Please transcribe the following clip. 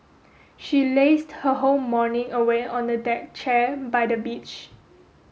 she lazed her whole morning away on a deck chair by the beach